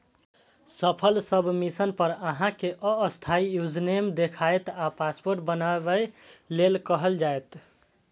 सफल सबमिशन पर अहां कें अस्थायी यूजरनेम देखायत आ पासवर्ड बनबै लेल कहल जायत